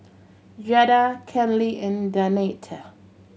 Jada Kenley and Danette